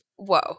Whoa